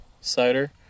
cider